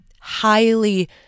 highly